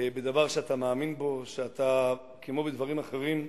בדבר שאתה מאמין בו, כמו בדברים אחרים,